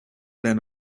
than